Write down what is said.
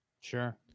Sure